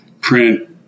print